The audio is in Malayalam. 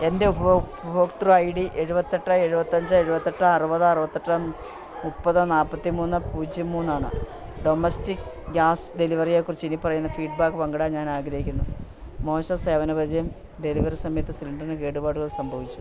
എൻ്റെ ഉഫഭോക്തൃ ഉപഭോക്തൃ ഐ ഡി എഴുപത്തി എട്ട് എഴുപത്തി അഞ്ച് എഴുപത്തി എട്ട് അറുപത് അറുപത്തി എട്ട് മുപ്പത് നാൽപ്പത്തി മൂന്ന് പൂജ്യം മൂന്നാണ് ഡൊമസ്റ്റിക് ഗ്യാസ് ഡെലിവറിയെ കുറിച്ച് ഇനിപ്പറയുന്ന ഫീഡ് ബാക്ക് പങ്കിടാൻ ഞാൻ ആഗ്രഹിക്കുന്നു മോശം സേവന പരിചയം ഡെലിവറി സമയത്ത് സിലിണ്ടറിന് കേടുപാടുകൾ സംഭവിച്ചു